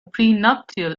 prenuptial